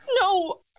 No